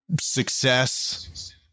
success